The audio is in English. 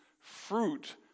fruit